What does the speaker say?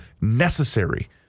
necessary